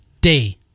day